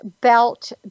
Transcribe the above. belt